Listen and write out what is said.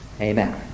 Amen